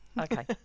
Okay